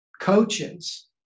coaches